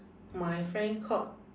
my friend called